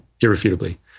irrefutably